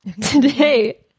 Today